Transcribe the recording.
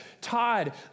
Todd